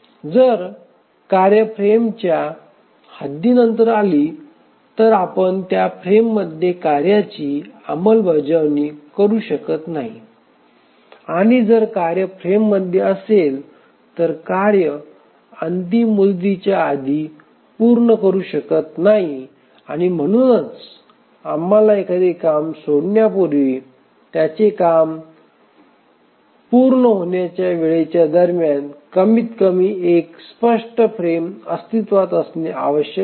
जर कार्य फ्रेमच्या हद्दीनंतर आली तर आपण या फ्रेममध्ये कार्याची अंमलबजावणी करू शकत नाही आणि जर कार्य फ्रेममध्ये असेल तर कार्य अंतिम मुदतीच्या आधी पूर्ण करू शकत नाही आणि म्हणूनच आम्हाला एखादे काम सोडण्यापूर्वी त्याचे काम सोडण्यापूर्वी आणि त्याचे काम पूर्ण होण्याच्या वेळेच्या दरम्यान कमीतकमी एक स्पष्ट फ्रेम अस्तित्वात असणे आवश्यक आहे